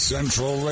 Central